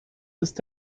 ist